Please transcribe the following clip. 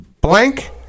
blank